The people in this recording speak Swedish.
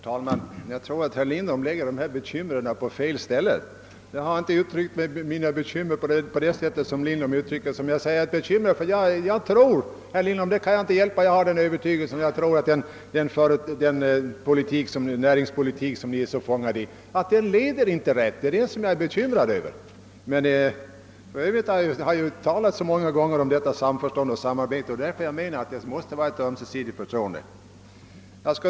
Herr talman! Jag tror att herr Lindholm lägger bekymren på fel ställe. Jag har inte uttryckt bekymmer på det sätt som han hävdar. Jag kan inte hjälpa, herr Lindholm, att jag har den övertygelsen att den näringspolitik som ni är så fångade i inte leder rätt, och det är detta som jag är bekymrad över. För Övrigt har jag flera gånger redan talat om samförstånd och samarbete, därför att ett ömsesidigt förtroende måste råda.